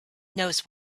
knows